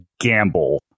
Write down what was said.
gamble